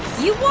you